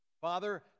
Father